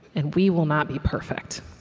and we will not be perfect.